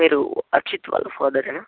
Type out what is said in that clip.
hello మీరు అక్షిత్ వాళ్ళ ఫాదరేనా